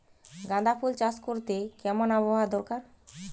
গাঁদাফুল চাষ করতে কেমন আবহাওয়া দরকার?